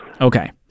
Okay